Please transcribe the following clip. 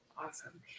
Awesome